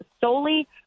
solely